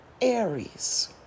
Aries